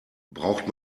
braucht